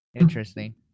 Interesting